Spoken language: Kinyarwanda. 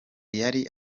yari